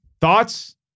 Thoughts